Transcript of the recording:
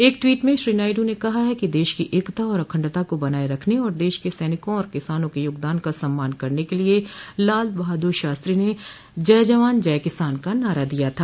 एक ट्वीट में श्री नायडू ने कहा है कि देश की एकता और अखंडता को बनाये रखने और देश के सैनिकों और किसानों क योगदान का सम्मान करने के लिए लाल बहादुर शास्त्री ने जय जवान जय किसान का नारा दिया था